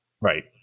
right